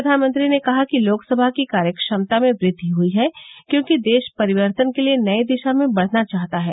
प्रधानमंत्री ने कहा कि लोकसभा की कार्य क्षमता में वृद्वि हई है क्योंकि देश परिवर्तन के लिए नई दिशा में बढना चाहता है